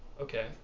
Okay